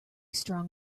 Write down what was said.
strong